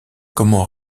comment